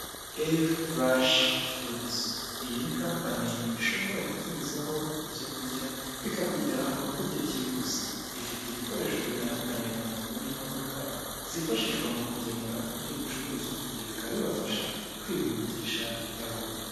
Eri rashi fodi, iyi ni kapani ishobora gutumizaho ibyo kurya bikakugeraho mu mugihe cyihuse. Ifite ibikoresho bitandukanye, nka moto n'imodoka zifashishwa mu kugemura ibyo bicuruzwa, ibyo bikaba bibafasha kwihutisha gahunda.